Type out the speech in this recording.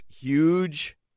huge